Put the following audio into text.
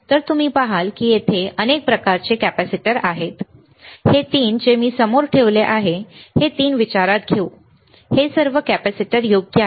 तर तुम्ही पहाल की येथे अनेक प्रकारचे कॅपेसिटर आहेत हे तीन जे मी समोर ठेवत आहे हे तीन विचारात घेऊ हे सर्व कॅपेसिटर योग्य आहेत